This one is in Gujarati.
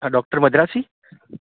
હા ડૉક્ટર મદ્રાસી